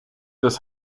des